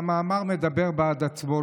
והמאמר מדבר בעד עצמו,